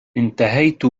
انتهيت